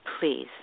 please